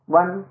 one